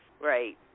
Right